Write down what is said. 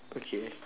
okay